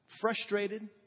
frustrated